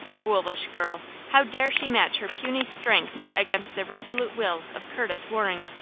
foolish girl, how dare she match her puny strength against the resolute will of curtis waring?